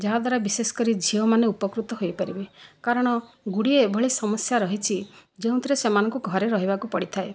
ଯାହାଦ୍ୱାରା ବିଶେଷ କରି ଝିଅମାନେ ଉପକୃତ ହୋଇପାରିବେ କାରଣ ଗୁଡ଼ିଏ ଏଭଳି ସମସ୍ୟା ରହିଛି ଯେଉଁଥିରେ ସେମାନଙ୍କୁ ଘରେ ରହିବାକୁ ପଡ଼ିଥାଏ